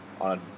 on